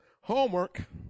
homework